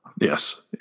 Yes